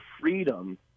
freedom